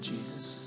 Jesus